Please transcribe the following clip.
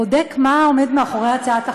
בודק מה עומד מאחורי הצעת החוק,